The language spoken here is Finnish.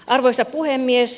arvoisa puhemies